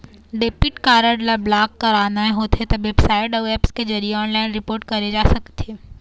debit card ल block कराना होथे त बेबसाइट अउ ऐप्स के जरिए ऑनलाइन रिपोर्ट करे जा सकथे